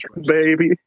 baby